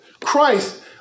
Christ